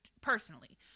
Personally